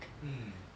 mm